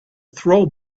throw